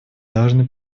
должны